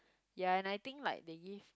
ya and I think like they give